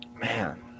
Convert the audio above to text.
Man